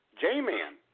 J-Man